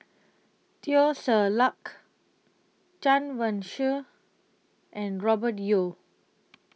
Teo Ser Luck Chen Wen Hsi and Robert Yeo